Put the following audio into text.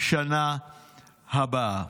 שנה הבאה.